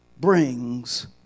brings